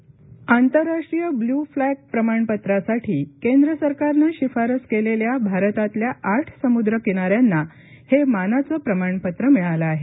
जावा किर आंतरराष्ट्रीय blue flag प्रमाणपत्रासाठी केंद्र सरकारनं शिफारस केलेल्या भारतातल्या आठ समुद्र किनाऱ्यांना हे मानाचं प्रमाणपत्र मिळालं आहे